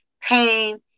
pain